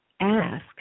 ask